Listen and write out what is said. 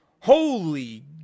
Holy